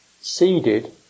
seeded